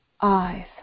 eyes